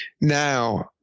now